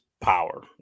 power